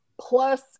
plus